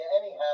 anyhow